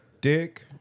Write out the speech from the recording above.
dick